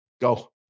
Go